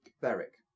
Beric